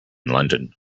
london